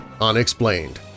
unexplained